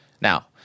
Now